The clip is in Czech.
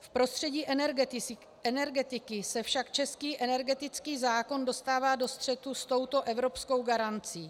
V prostředí energetiky se však český energetický zákon dostává do střetu s touto evropskou garancí.